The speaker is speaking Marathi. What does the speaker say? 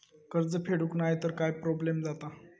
कर्ज फेडूक नाय तर काय प्रोब्लेम जाता?